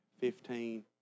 fifteen